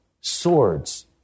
swords